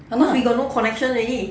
!hanna!